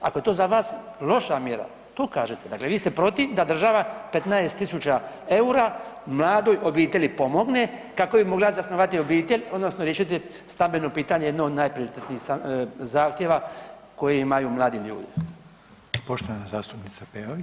Ako je to za vas loša mjera, to kažete, dakle vi ste protiv da država 15 000 eura mladoj obitelji pomogne kako bi mogla zasnovati obitelj, odnosno riješiti stambeno pitanje jedno od najprioritetnijih zahtjeva koji imaju mladi ljudi.